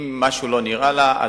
אם משהו לא נראה להם,